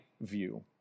view